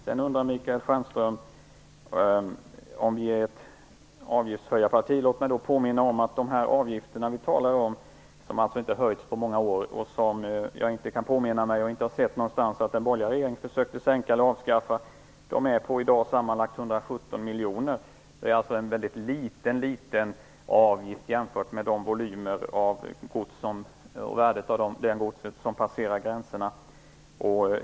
Sedan undrar Michael Stjernström om vi är ett avgiftshöjarparti. Låt mig då påminna om att de avgifter vi talar om i dag är på sammanlagt 117 miljoner. De har inte höjts på många år och jag inte kan påminna mig att den borgerliga regeringen försökte sänka eller avskaffa dem. Det är alltså en väldigt liten avgift jämfört med värdet av det gods som passerar gränserna.